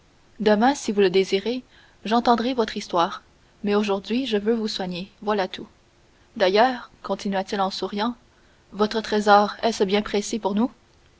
demain si vous le désirez j'entendrai votre histoire mais aujourd'hui je veux vous soigner voilà tout d'ailleurs continua-t-il en souriant un trésor est-ce bien pressé pour nous